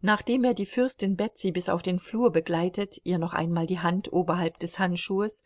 nachdem er die fürstin betsy bis auf den flur begleitet ihr noch einmal die hand oberhalb des handschuhs